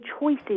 choices